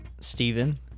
Stephen